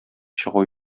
чыгу